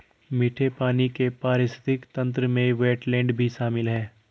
मीठे पानी के पारिस्थितिक तंत्र में वेट्लैन्ड भी शामिल है